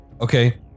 Okay